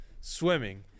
swimming